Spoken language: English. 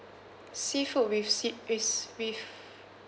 seafood with sea with s~ with